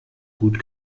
gut